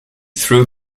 threw